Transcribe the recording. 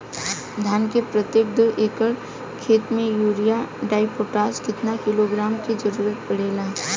धान के प्रत्येक दो एकड़ खेत मे यूरिया डाईपोटाष कितना किलोग्राम क जरूरत पड़ेला?